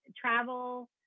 travel